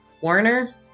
Warner